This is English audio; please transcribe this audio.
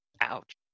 ouch